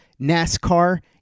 nascar